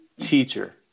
teacher